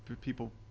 people